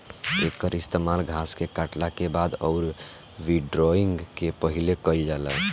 एकर इस्तेमाल घास के काटला के बाद अउरी विंड्रोइंग से पहिले कईल जाला